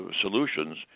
solutions